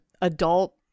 adult